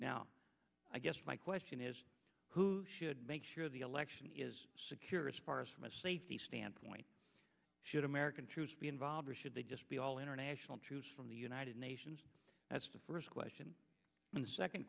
now i guess my question is who should make sure the election is secure as far as from a safety standpoint should american troops be involved or should they just be all international troops from the united nations that's the first question and second